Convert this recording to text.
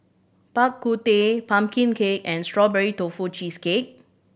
Bak Kut Teh pumpkin cake and Strawberry Tofu Cheesecake